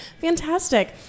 Fantastic